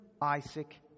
Isaac